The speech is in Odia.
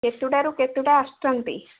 କେତେଟାରୁ କେତେଟା ଆସୁଛନ୍ତି